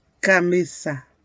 camisa